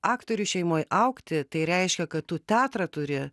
aktorių šeimoj augti tai reiškia kad tu teatrą turi